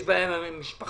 יש בעיה עם המשפחתונים,